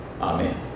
Amen